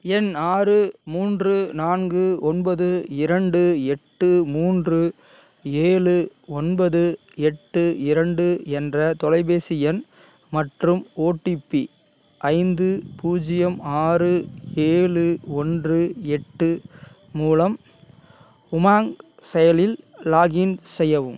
எண் ஆறு மூன்று நான்கு ஒன்பது இரண்டு எட்டு மூன்று ஏழு ஒன்பது எட்டு இரண்டு என்ற தொலைபேசி எண் மற்றும் ஒடிபி ஐந்து பூஜ்ஜியம் ஆறு ஏழு ஒன்று எட்டு மூலம் உமாங் செயலில் லாக்இன் செய்யவும்